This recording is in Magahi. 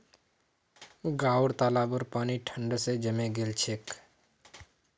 गांउर तालाबेर पानी ठंड स जमें गेल छेक